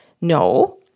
No